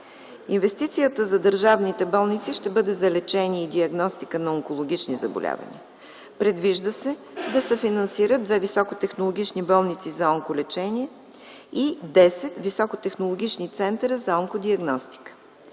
Инвестицията за държавните болници ще бъде за лечение и диагностика на онкологични заболявания. Предвижда се да се финансират 2 високотехнологични болници за онколечение и 10 високотехнологични центъра за онко-диагностика.